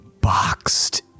boxed